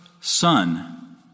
son